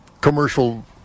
commercial